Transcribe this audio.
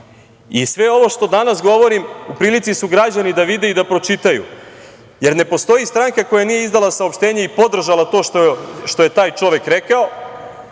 I sve ovo što danas govorim u prilici su građani da vide i da pročitaju, jer ne postoji stranka koja nije izdala saopštenje i podržala to što je taj čovek rekao,